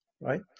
right